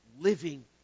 living